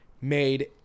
made –